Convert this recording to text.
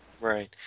Right